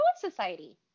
Society